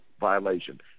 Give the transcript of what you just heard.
violation